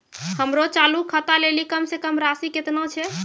हमरो चालू खाता लेली कम से कम राशि केतना छै?